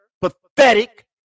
pathetic